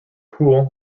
poole